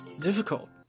Difficult